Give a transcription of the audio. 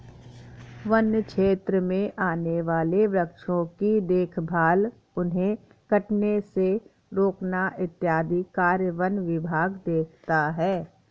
वन्य क्षेत्र में आने वाले वृक्षों की देखभाल उन्हें कटने से रोकना इत्यादि कार्य वन विभाग देखता है